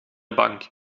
bank